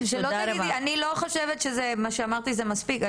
אני לא חושבת שזה מה שאמרתי זה מספיק.